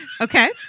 Okay